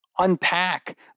unpack